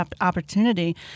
opportunity